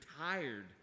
tired